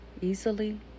easily